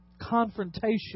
confrontation